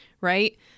right